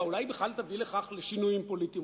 אולי היא בכלל תביא לשינויים פוליטיים?